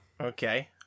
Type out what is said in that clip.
okay